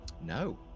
no